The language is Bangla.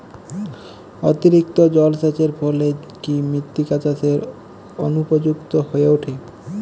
অতিরিক্ত জলসেচের ফলে কি মৃত্তিকা চাষের অনুপযুক্ত হয়ে ওঠে?